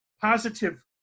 positive